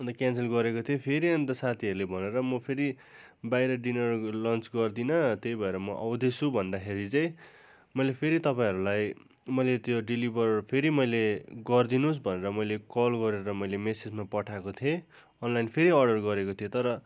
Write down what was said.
अन्त क्यान्सल गरेको चाहिँ फेरि अन्त साथीहरूले भनेर म फेरि म बाहिर डिनर लन्च गर्दिन त्यही भएर म आउँदैछु भन्दाखेरि चाहिँ मैले फेरि तपाईँहरूलाई मैले त्यो डिलिभर फेरि मैले गरिदिनुहोस् भनेर मैले कल गरेर मैले म्यासेजमा पठाएको थिएँ अनलाइन फेरि अर्डर गरेको थिएँ तर